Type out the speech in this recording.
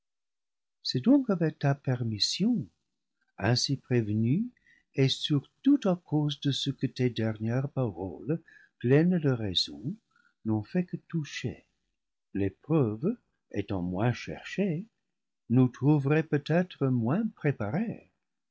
c'est donc avec la permission ainsi prévenue et surtout à cause de ce que tes dernières paroles pleines de raison n'ont fait que toucher l'épreuve étant moins cherchée nous trou verait peut-être moins préparés